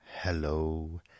Hello